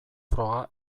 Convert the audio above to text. froga